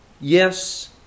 Yes